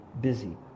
busy